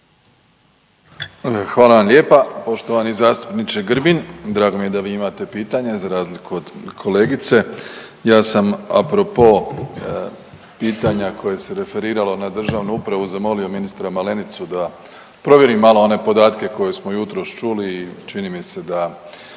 Hvala vam lijepa poštovani zastupniče Grbin, drago mi je da vi imate pitanja za razliku od kolegice. Ja sam apropo pitanja koje se referiralo na državnu upravu zamolio ministra Malenicu da provjeri malo one podatke koje smo jutros čuli i čini mi se da